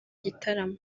gitaramo